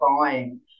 buying